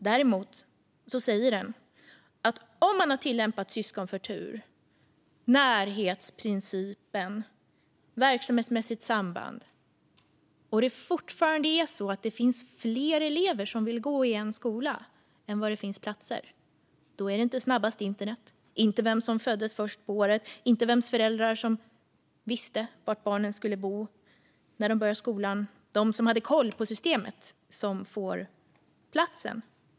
Däremot säger det att om man har tillämpat syskonförtur, närhetsprincipen och verksamhetsmässigt samband och det fortfarande är så att det finns fler elever som vill gå i en skola än vad det finns platser, då är det inte snabbast internet, vem som föddes först på året, vems förälder som visste var barnen skulle bo när de börjar skolan eller de som hade koll på systemet som får platsen.